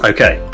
Okay